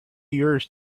yours